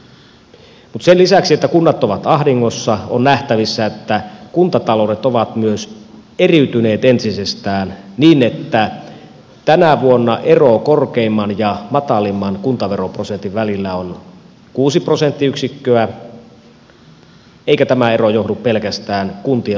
mutta sen lisäksi että kunnat ovat ahdingossa on nähtävissä että kuntataloudet ovat myös eriytyneet entisestään niin että tänä vuonna ero korkeimman ja matalimman kuntaveroprosentin välillä on kuusi prosenttiyksikköä eikä tämä ero johdu pelkästään kuntien omista päätöksistä